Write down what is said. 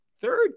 third